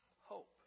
hope